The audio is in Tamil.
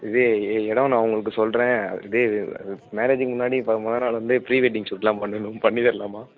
இது இடம் நான் உங்களுக்கு சொல்கிறேன் அது மேரேஜுக்கு முன்னாடி இப்போ மொதல் நாள் வந்து ப்ரீ வெட்டிங் ஷூட்டெலாம் பண்ணணும் பண்ணி தரலாமா